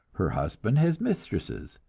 her husband has mistresses,